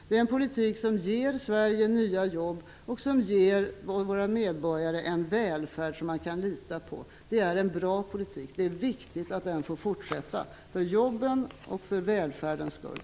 Det är en politik som ger Sverige nya jobb och som ger våra medborgare en välfärd som de kan lita på. Det är en bra politik. Det är viktigt att den får fortsätta -- för jobbens och för välfärdens skull!